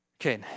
Okay